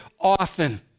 often